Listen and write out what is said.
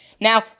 Now